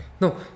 No